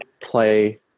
play